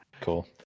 cool